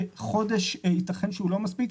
רק אנחנו חושבים שחודש ייתכן שלא מספיק.